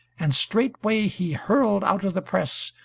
and straightway he hurled out of the press,